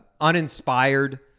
uninspired